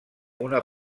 una